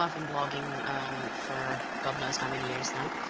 um been blogging for god knows how many years now.